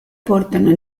portano